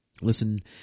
listen